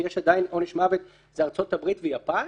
שיש עדיין עונש מוות הן ארצות הברית ויפן.